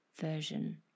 version